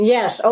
Yes